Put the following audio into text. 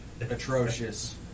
atrocious